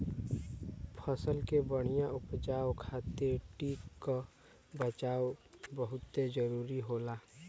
फसल के बढ़िया उपज खातिर कीट क बचाव बहुते जरूरी होला